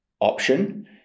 option